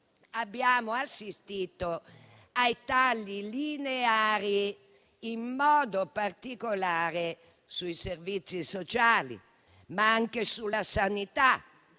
abbiamo assistito a tagli lineari, in modo particolare sui servizi sociali, ma anche sulla sanità.